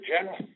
general